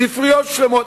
ספריות שלמות.